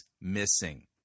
missing